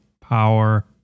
power